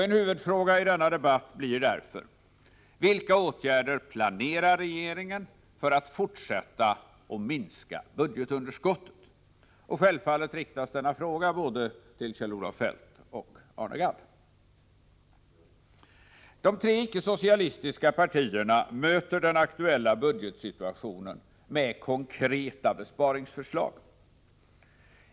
En huvudfråga i denna debatt blir därför: Vilka åtgärder planerar regeringen för att fortsätta att minska budgetunderskottet? Självfallet riktas denna fråga både till Kjell-Olof Feldt och till Arne Gadd. De tre icke-socialistiska partierna möter den aktuella budgetsituationen med konkreta besparingsförslag.